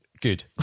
good